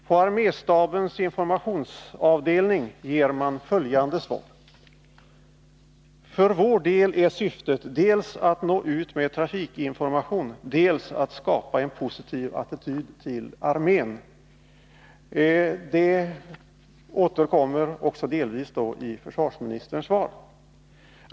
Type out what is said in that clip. Från arméstabens informationsavdelning får man följande svar: ”—- För vår del är syftet dels att nå ut med trafikinformation, dels att skapa en positiv attityd till armén.” Detta resonemang återkommer också delvis i försvarsministerns svar.